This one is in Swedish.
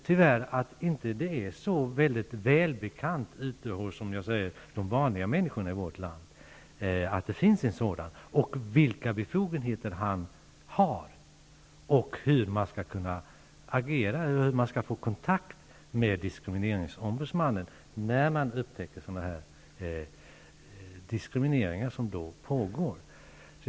Tyvärr är det nog inte särskilt välkänt bland, skulle jag vilja säga, vanliga människor i vårt land att det finns en diskrimineringsombudsman. Det är nog heller inte känt vilka befogenheter denne har och hur man bär sig åt för att komma i kontakt med diskrimineringsombudsmannen när en pågående diskriminering upptäcks.